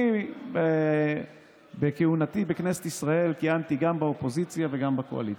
אני בכהונתי בכנסת ישראל כיהנתי גם באופוזיציה וגם בקואליציה.